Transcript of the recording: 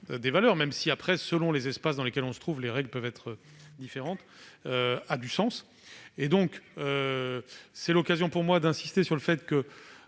du sens, même si, selon les espaces dans lesquels on se trouve, les règles peuvent être différentes. C'est l'occasion pour moi d'insister sur le fait que